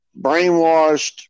brainwashed